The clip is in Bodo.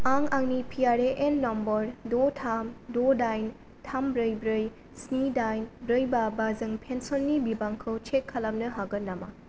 आं आंनि P R A N number द' थाम द 'दाइन थाम ब्रै ब्रै स्नि दाइन ब्रै बा बा जों पेन्सननि बिबांखौ चेक खालामनो हागोन नामा